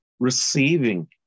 Receiving